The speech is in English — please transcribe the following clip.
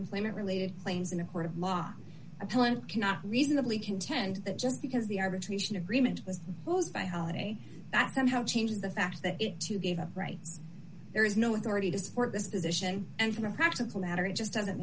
employment related claims in a court of law appellant cannot reasonably contend that just because the arbitration agreement was closed by holiday that somehow change the fact that it too gave up rights there is no authority to support this position and from a practical matter it just doesn't